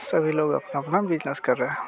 सभी लोग अपना अपना विकास कर रहे हैं